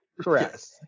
Correct